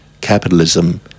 capitalism